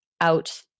out